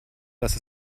dass